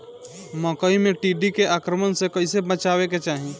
मकई मे टिड्डी के आक्रमण से कइसे बचावे के चाही?